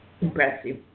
impressive